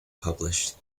published